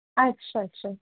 अच्छा अच्छा